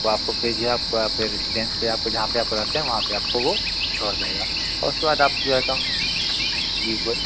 वह आपको फिर जो है आपको आपके रेसिडेंस पर जहाँ पर आप रहते है वहाँ पर आपको वह छोड़ देगा और उसके बाद आप जो है काम जी बो